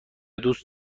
دوست